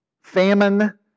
famine